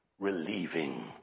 relieving